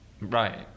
Right